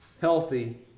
healthy